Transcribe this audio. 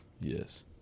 Yes